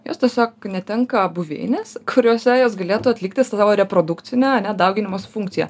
jos tiesiog netenka buveinės kuriose jos galėtų atlikti savo reprodukcinę ane dauginimosi funkciją